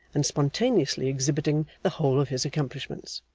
and spontaneously exhibiting the whole of his accomplishments.